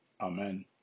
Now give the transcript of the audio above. Amen